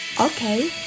Okay